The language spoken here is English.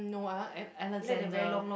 no I want Ale~ Alexander